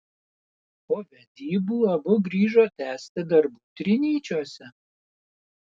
po vedybų abu grįžo tęsti darbų trinyčiuose